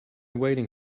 waiting